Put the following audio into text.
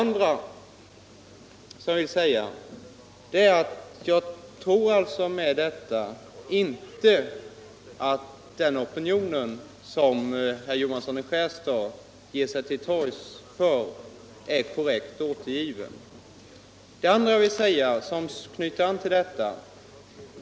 Jag tror alltså inte att den opinion som herr Johansson vill göra sig till tolk för är korrekt återgiven.